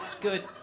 Good